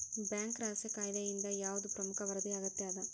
Bank ರಹಸ್ಯ ಕಾಯಿದೆಯಿಂದ ಯಾವ್ದ್ ಪ್ರಮುಖ ವರದಿ ಅಗತ್ಯ ಅದ?